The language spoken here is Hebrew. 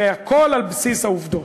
והכול על בסיס העובדות.